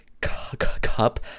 cup